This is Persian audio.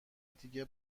دیگه